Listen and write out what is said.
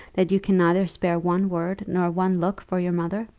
that you can neither spare one word nor one look for your mother?